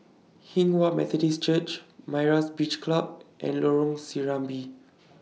Hinghwa Methodist Church Myra's Beach Club and Lorong Serambi